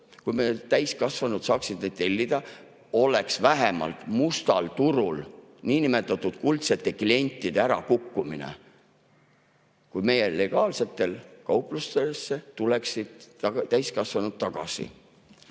kui meil täiskasvanud saaksid neid tellida, toimuks vähemalt mustal turul niinimetatud kuldsete klientide ärakukkumine, kui meie legaalsetesse kauplustesse tuleksid täiskasvanud tagasi.